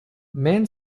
man